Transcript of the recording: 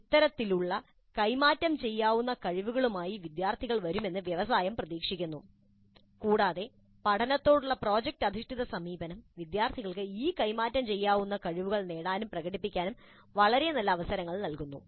ഇത്തരത്തിലുള്ള കൈമാറ്റം ചെയ്യാവുന്ന കഴിവുകളുമായി വിദ്യാർത്ഥികൾ വരുമെന്ന് വ്യവസായം പ്രതീക്ഷിക്കുന്നു കൂടാതെ പഠനത്തോടുള്ള പ്രോജക്റ്റ് അധിഷ്ഠിത സമീപനം വിദ്യാർത്ഥികൾക്ക് ഈ കൈമാറ്റം ചെയ്യാവുന്ന കഴിവുകൾ നേടാനും പ്രകടിപ്പിക്കാനും വളരെ നല്ല അവസരം നൽകുന്നു